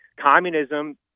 Communism